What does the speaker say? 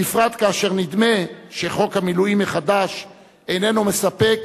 בפרט כאשר נדמה שחוק המילואים החדש איננו מספק,